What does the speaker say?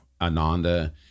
ananda